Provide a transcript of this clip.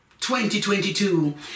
2022